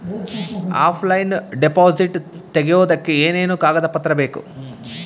Offline deposit ತೆಗಿಯೋದಕ್ಕೆ ಏನೇನು ಕಾಗದ ಪತ್ರ ಬೇಕು?